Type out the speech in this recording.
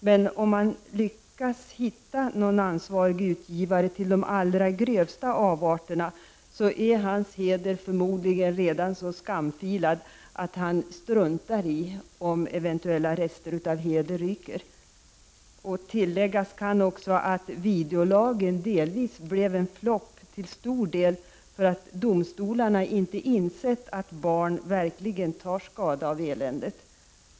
Men om man lyckas hitta någon ansvarig utgivare till de allra grövsta avarterna, är hans heder förmodligen redan så skamfilad att han struntar i om eventuella rester av heder ryker. Tilläggas kan också att videolagen delvis blev en flopp till stor del därför att domstolarna inte insett att barn verkligen tar skada av eländet.